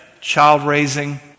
child-raising